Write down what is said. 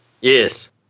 Yes